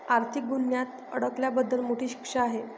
आर्थिक गुन्ह्यात अडकल्याबद्दल मोठी शिक्षा आहे